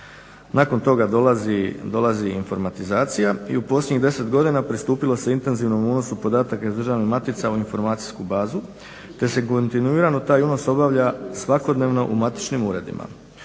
Nakon toga dolazi informatizacija i u posljednjih 10 godina pristupilo se intenzivnom unosu podataka iz državnih matica u informacijsku bazu, te se kontinuirano taj unos obavlja svakodnevno u matičnim uredima.